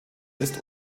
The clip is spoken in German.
ist